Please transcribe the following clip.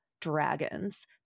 dragons